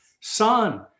son